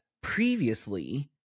Previously